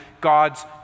God's